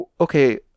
okay